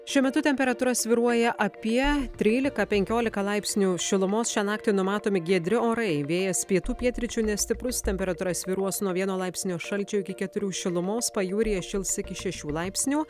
šiuo metu temperatūra svyruoja apie tryliką penkioliką laipsnių šilumos šią naktį numatomi giedri orai vėjas pietų pietryčių nestiprus temperatūra svyruos nuo vieno laipsnio šalčio iki keturių šilumos pajūryje šils iki šešių laipsnių